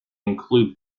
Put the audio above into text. include